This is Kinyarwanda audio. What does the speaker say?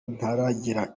ntaragira